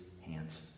hands